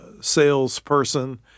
salesperson